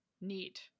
Neat